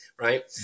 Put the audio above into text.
right